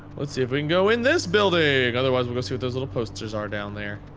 let's see if we can go in this building, otherwise we'll go see what those little posters are down there.